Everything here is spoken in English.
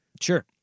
Sure